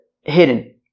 hidden